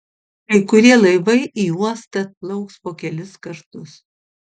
kai kurie laivai į uostą atplauks po kelis kartus